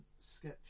sketch